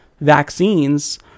vaccines